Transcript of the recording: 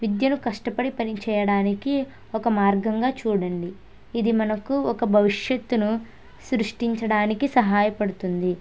విద్యను కష్టపడి పని చేయడానికి ఒక మార్గంగా చూడండి ఇది మనకు ఒక భవిష్యత్తును సృష్టించడానికి సహాయపడుతుంది